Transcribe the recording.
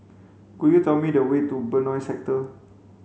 could you tell me the way to Benoi Sector